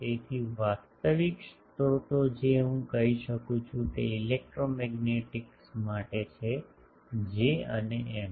તેથી વાસ્તવિક સ્રોતો જે હું કહી શકું છું તે ઇલેક્ટ્રોમેગ્નેટિક્સ માટે છે J અને M